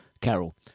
Carol